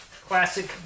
classic